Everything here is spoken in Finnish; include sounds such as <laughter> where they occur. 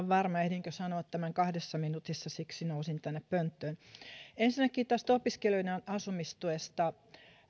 <unintelligible> varma ehdinkö sanoa tämän kahdessa minuutissa siksi nousin tänne pönttöön ensinnäkin tästä opiskelijoiden asumistuesta